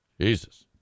Jesus